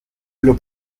olhou